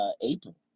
April